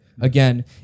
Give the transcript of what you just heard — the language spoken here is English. Again